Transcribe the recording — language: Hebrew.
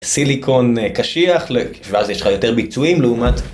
סיליקון קשיח, ואז יש לך יותר ביצועים, לעומת